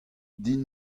din